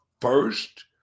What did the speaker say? first